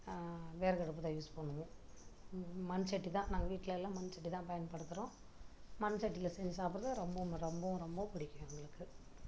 விறகு அடுப்பு தான் யூஸ் பண்ணுவோம் மண்சட்டி தான் நாங்கள் வீட்டில எல்லாம் மண்சட்டி தான் பயன்படுத்துகிறோம் மண்சட்டியில செஞ் சாப்பிட்றது ரொம்பவும் ரொம்ப ரொம்ப பிடிக்கும் எங்களுக்கு